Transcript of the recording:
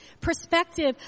perspective